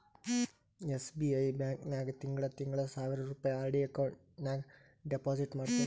SBI bank ನಾಗ್ ತಿಂಗಳಾ ತಿಂಗಳಾ ಸಾವಿರ್ ರುಪಾಯಿ ಆರ್.ಡಿ ಅಕೌಂಟ್ ನಾಗ್ ಡೆಪೋಸಿಟ್ ಮಾಡ್ತೀನಿ